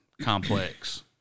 complex